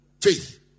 Faith